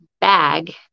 bag